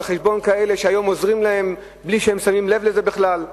על חשבון כאלה שהיום עוזרים להם בלי שהם שמים לב לזה בכלל,